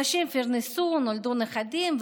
נשים פרנסו, נולדו נכדים,